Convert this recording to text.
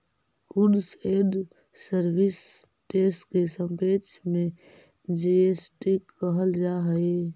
goods and service test के संक्षेप में जी.एस.टी कहल जा हई